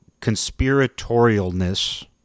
conspiratorialness